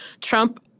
Trump